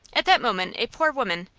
at that moment a poor woman,